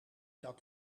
dat